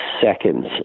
seconds